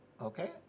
Okay